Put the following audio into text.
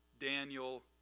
Daniel